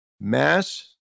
mass